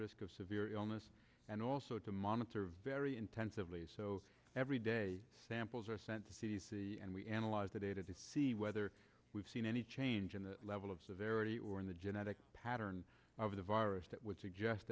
risk of severe illness and also to monitor very intensively so every day samples are sent to c d c and we analyze the data to see whether we've seen any change in the level of severity or in the genetic pattern of the virus that would suggest